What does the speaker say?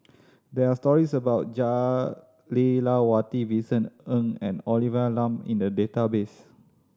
there are stories about Jah Lelawati Vincent Ng and Olivia Lum in the database